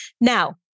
Now